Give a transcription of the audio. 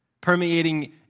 permeating